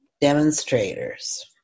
demonstrators